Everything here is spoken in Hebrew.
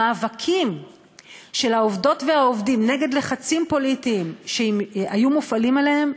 המאבקים של העובדות והעובדים נגד לחצים פוליטיים שהיו מופעלים עליהם,